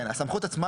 לפעמים,